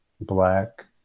black